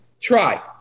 Try